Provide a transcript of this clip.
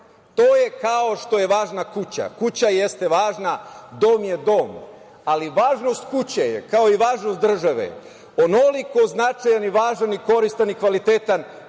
To je kao što je važna kuća, kuća jeste važna, dom je dom, ali važnost kuće je, kao i važnost države, onoliko značajan i važan i koristan i kvalitetan